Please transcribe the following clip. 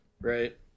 right